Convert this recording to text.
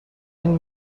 این